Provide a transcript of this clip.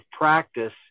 practice